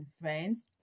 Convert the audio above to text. Friends